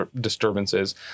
disturbances